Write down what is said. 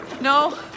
no